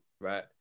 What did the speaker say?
right